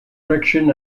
friction